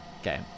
Okay